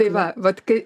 tai va vat kai